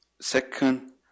second